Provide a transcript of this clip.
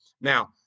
Now